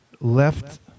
left